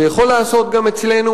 זה יכול להיעשות גם אצלנו,